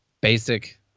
basic